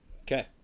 Okay